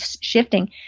shifting